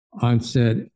onset